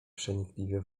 przenikliwie